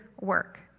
work